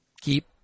Keep